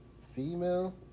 female